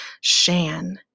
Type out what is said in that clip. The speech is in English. Shan